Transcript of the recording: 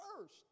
first